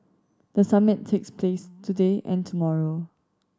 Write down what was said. the summit takes place today and tomorrow